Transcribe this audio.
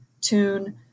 tune